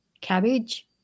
cabbage